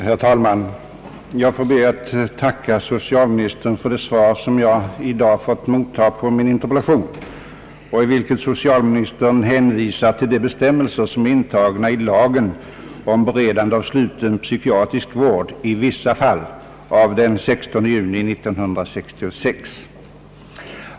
Herr talman! Jag ber att få tacka socialministern för det svar som jag i dag fått mottaga på min interpellation och vari socialministern hänvisar till de bestämmelser som är intagna i lagen om beredande av sluien psykiatrisk vård i vissa fall av den 16 juni 1966.